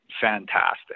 fantastic